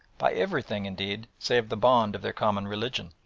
by everything, indeed, save the bond of their common religion.